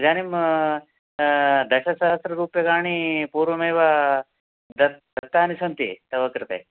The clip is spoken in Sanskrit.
इदानीं दशसहस्ररूप्यकाणि पूर्वमेव तद् दत्तानि सन्ति तव कृते